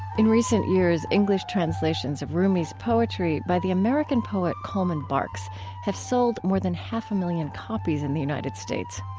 in recent years, years, english translations of rumi's poetry by the american poet coleman barks have sold more than half a million copies in the united states.